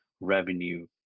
revenue